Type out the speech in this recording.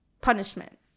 punishment